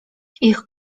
ich